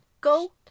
Go